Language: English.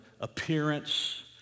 appearance